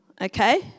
Okay